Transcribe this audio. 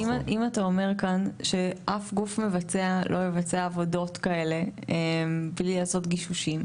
אם אתה אומר כאן שאף גוף מבצע לא יבצע עבודות כאלה בלי לעשות גישושים,